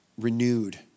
renewed